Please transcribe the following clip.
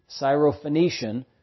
Syrophoenician